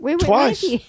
Twice